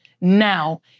now